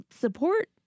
support